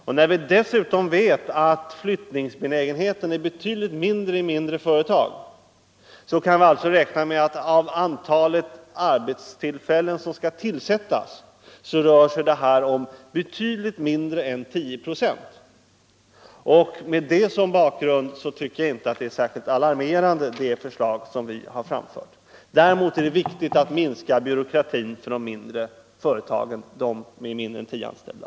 Och eftersom vi dessutom vet att flyttningsbenägenheten är betydligt mindre i mindre företag kan vi räkna med att det här rör sig om väsentligt mindre än 10 94 av antalet arbetstillfällen som skall tillsättas. Med detta som bakgrund tycker jag inte att det förslag vi framfört är särskilt alarmerande. Däremot är det viktigt att minska byråkratiseringen för de mindre företagen, de med mindre än tio anställda.